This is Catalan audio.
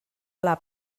pla